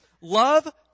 Love